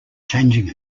changing